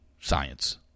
science